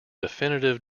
definitive